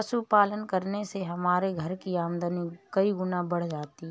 पशुपालन करने से हमारे घर की आमदनी कई गुना बढ़ गई है